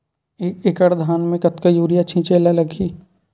एक एकड़ धान में कतका यूरिया छिंचे ला लगही?